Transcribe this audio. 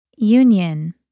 Union